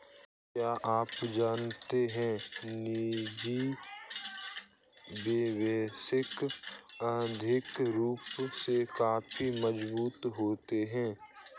क्या आप जानते है निजी निवेशक आर्थिक रूप से काफी मजबूत होते है?